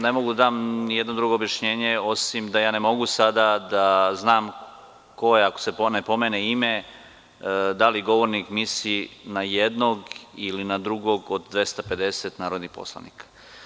Ne mogu da dam ni jedno drugo objašnjenje osim da ja ne mogu sada da znam ko je ako se nekome ne pomene ime, da li govornik misli na jednog ili na drugog od 250 poslanika.